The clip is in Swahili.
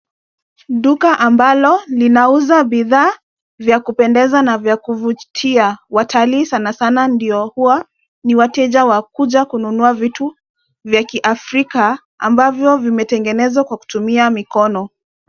Duka ambalo linauza bidhaa vya kupendeza na vya kuvutia, watalii sana sana ndio huwa, ni wateja wa kuja kununua vitu vya kiafrika, ambavyo vimetengenezwa kwa kutumia mikono.